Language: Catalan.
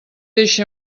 eixe